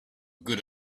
good